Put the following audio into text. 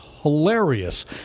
hilarious